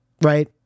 right